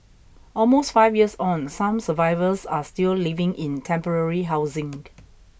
almost five years on some survivors are still living in temporary housing